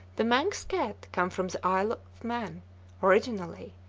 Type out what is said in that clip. the manx cat came from the isle of man originally,